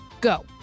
Go